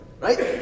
right